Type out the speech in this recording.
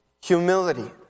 humility